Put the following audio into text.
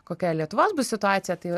kokia lietuvos bus situaciją tai